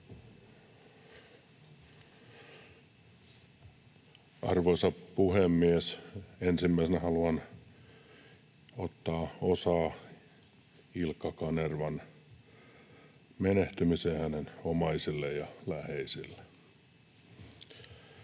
Arvoisa puhemies! Ensimmäisenä haluan ottaa osaa Ilkka Kanervan menehtymiseen hänen omaisilleen ja läheisilleen.